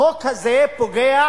החוק הזה פוגע